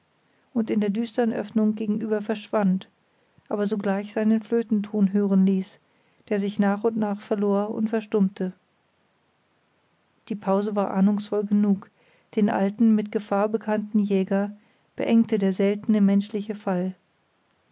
und in der düstern öffnung gegenüber verschwand aber sogleich seinen flötenton hören ließ der sich nach und nach verlor und verstummte die pause war ahnungsvoll genug den alten mit gefahr bekannten jäger beengte der seltene menschliche fall